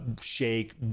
shake